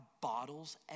bottles